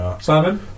Simon